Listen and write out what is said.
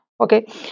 Okay